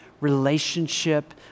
relationship